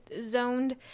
zoned